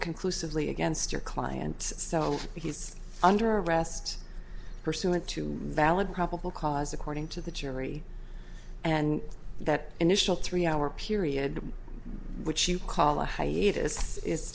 conclusively against your client so he's under arrest pursuant to valid probable cause according to the jury and that initial three hour period which you call a hi